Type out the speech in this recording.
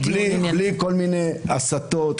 בלי כל מיני הסטות,